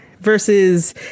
versus